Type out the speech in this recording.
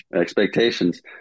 Expectations